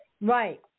right